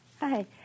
Hi